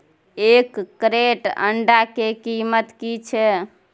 एक क्रेट अंडा के कीमत की छै?